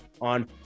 on